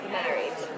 married